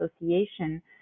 association